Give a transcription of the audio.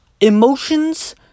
Emotions